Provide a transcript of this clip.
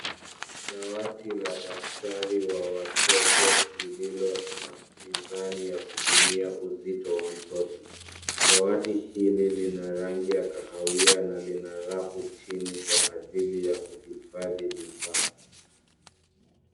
Dawati la daktari wa watoto lililo na mizani ya kupimia uzito wa mtoto. Dawati hili lina rangi ya kahawia na lina rafu chini kwa ajili ya kuhifadhi vifaa.